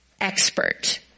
expert